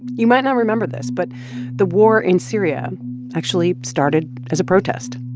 you might not remember this, but the war in syria actually started as a protest.